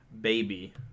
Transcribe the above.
baby